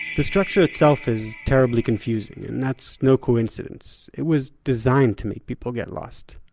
the structure itself is terribly confusing, and that's no coincidence. it was designed to make people get lost.